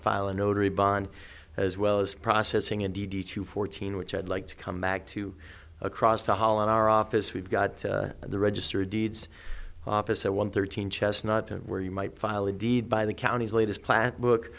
file a notary bond as well as processing in d d two fourteen which i'd like to come back to across the hall in our office we've got the registered deeds office at one thirteen chestnut where you might file a deed by the counties latest plan book